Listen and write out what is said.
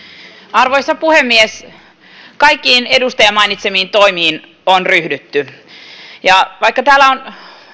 arvoisa puhemies kaikkiin edustajan mainitsemiin toimiin on ryhdytty vaikka täällä on